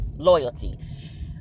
Loyalty